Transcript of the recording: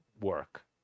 work